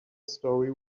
story